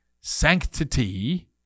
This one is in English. sanctity